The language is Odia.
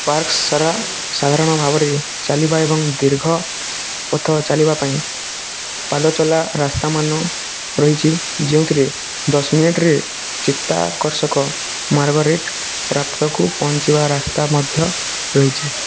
ପାର୍କ ସାରା ସାଧାରଣ ଭାବରେ ଚାଲିବା ଏବଂ ଦୀର୍ଘ ପଥ ଚାଲିବା ପାଇଁ ପାଦଚଲା ରାସ୍ତାମାନ ରହିଛି ଯେଉଁଥିରେ ଦଶ ମିନିଟ୍ରେ ଚିତ୍ତାକର୍ଷକ ମାର୍ଗରେଟ୍ ପ୍ରପାତକୁ ପହଞ୍ଚିବା ରାସ୍ତା ମଧ୍ୟ ରହିଛି